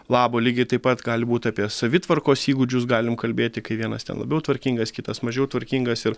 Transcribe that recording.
labo lygiai taip pat gali būt apie savitvarkos įgūdžius galim kalbėti kai vienas labiau tvarkingas kitas mažiau tvarkingas ir